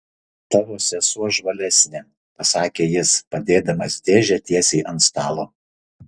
tavo sesuo žvalesnė pasakė jis padėdamas dėžę tiesiai ant stalo